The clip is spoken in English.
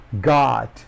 God